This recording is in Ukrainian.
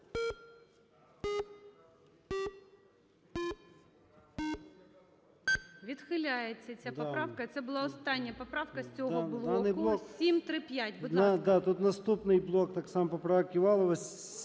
Відхиляється ця поправка. Це була остання поправка з цього блоку. 735. Будь ласка.